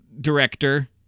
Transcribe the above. director